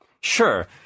sure